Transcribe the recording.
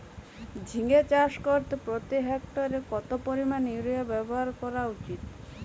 ঝিঙে চাষ করতে প্রতি হেক্টরে কত পরিমান ইউরিয়া ব্যবহার করা উচিৎ?